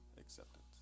acceptance